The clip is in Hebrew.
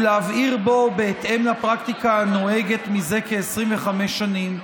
ולהבהיר בו, בהתאם לפרקטיקה הנוהגת מזה כ-25 שנים,